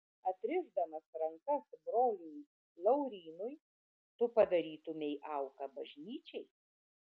atrišdamas rankas broliui laurynui tu padarytumei auką bažnyčiai